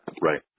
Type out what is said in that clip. Right